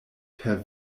per